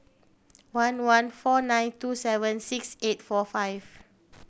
one one four nine two seven six eight four five